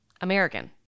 American